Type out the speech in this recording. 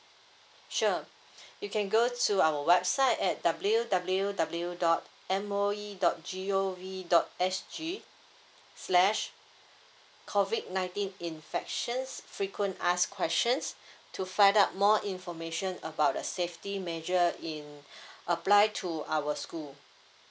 sure you can go to our website at w w w dot m o e dot g o v dot s g slash COVID nineteen infections frequent asked questions to find out more information about the safety measure in apply to our school